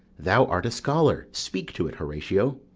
thou art a scholar speak to it, horatio.